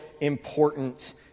important